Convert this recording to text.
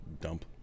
dump